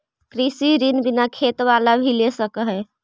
कृषि ऋण बिना खेत बाला भी ले सक है?